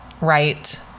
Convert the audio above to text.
right